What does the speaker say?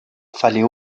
fallait